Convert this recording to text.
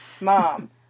Mom